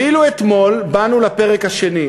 ואילו אתמול באנו לפרק השני,